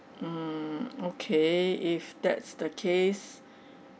mm okay if that's the case